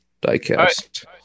die-cast